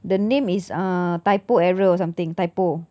the name is uh typo error or something typo